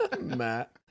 Matt